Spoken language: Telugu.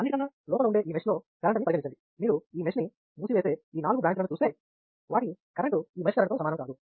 అన్నిటికన్నా లోపల ఉండే ఈ మెష్ లో కరెంటుని పరిగణించండి మీరు ఈ మెష్ను మూసివేసే ఈ నాలుగు బ్రాంచ్ లను చూస్తే వాటి కరెంటు ఈ మెష్ కరెంట్తో సమానం కాదు